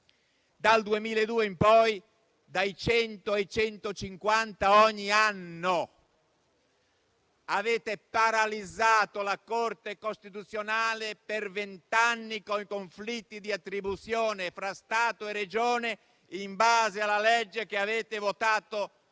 dal 2002 in poi sono dai 100 ai 150 ogni anno. Avete paralizzato la Corte costituzionale per vent'anni coi conflitti di attribuzione fra Stato e Regione, in base alla legge che avete votato voi